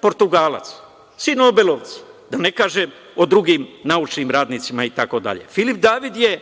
Portugalac. Svi nobelovci, da ne kažem o drugim naučnim radnicima itd. Filip David je